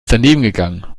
danebengegangen